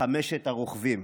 חמשת הרוכבים.